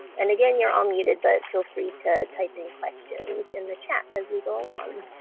and again, you're all muted but feel free to type in questions in the chat as we go along.